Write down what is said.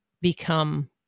become